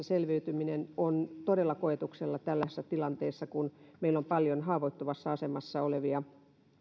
selviytyminen ovat todella koetuksella tällaisessa tilanteessa kun meillä on paljon haavoittuvassa asemassa olevia